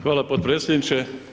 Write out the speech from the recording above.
Hvala potpredsjedniče.